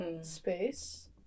space